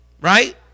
Right